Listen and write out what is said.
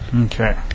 Okay